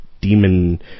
demon